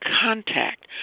contact